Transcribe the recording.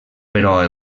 però